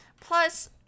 Plus